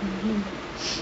நேத்து:nethu